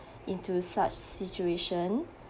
into such situation